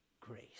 grace